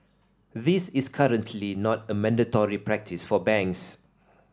this is currently not a mandatory practice for banks